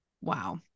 wow